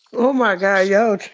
oh my god. y'all,